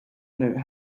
note